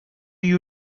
you